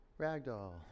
Ragdoll